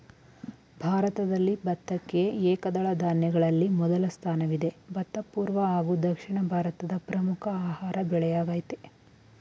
ಭಾರತದಲ್ಲಿ ಭತ್ತಕ್ಕೆ ಏಕದಳ ಧಾನ್ಯಗಳಲ್ಲಿ ಮೊದಲ ಸ್ಥಾನವಿದೆ ಭತ್ತ ಪೂರ್ವ ಹಾಗೂ ದಕ್ಷಿಣ ಭಾರತದ ಪ್ರಮುಖ ಆಹಾರ ಬೆಳೆಯಾಗಯ್ತೆ